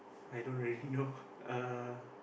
I don't really know uh